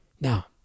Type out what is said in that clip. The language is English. Now